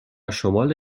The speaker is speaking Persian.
شمال